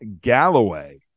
Galloway